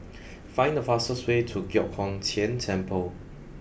find the fastest way to Giok Hong Tian Temple